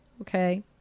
Okay